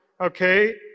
okay